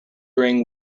ring